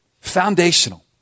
Foundational